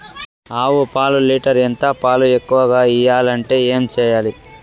ఆవు పాలు లీటర్ ఎంత? పాలు ఎక్కువగా ఇయ్యాలంటే ఏం చేయాలి?